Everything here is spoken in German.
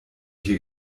hier